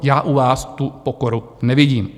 Já u vás tu pokoru nevidím.